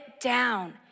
down